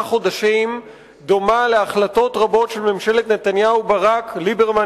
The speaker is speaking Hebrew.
חודשים דומה להחלטות רבות של ממשלת נתניהו-ברק-ליברמן-ישי,